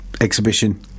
exhibition